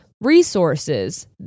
resources